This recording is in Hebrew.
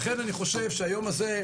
לכן אני חושב שהיום הזה,